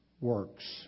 works